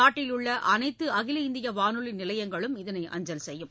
நாட்டிலுள்ள அனைத்து அகில இந்திய வானொலி நிலையங்களும் இதனை அஞ்சல் செய்யும்